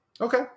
Okay